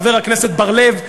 חבר הכנסת בר-לב,